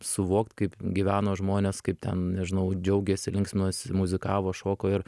suvokt kaip gyveno žmonės kaip ten nežinau džiaugėsi linksminosi muzikavo šoko ir